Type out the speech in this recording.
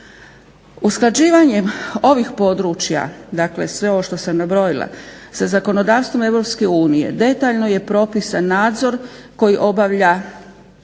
Usklađivanjem ovih područja, dakle sve ovo što sam nabrojila sa zakonodavstvom EU detaljno je propisan nadzor koji obavlja